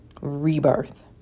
rebirth